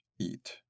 Eat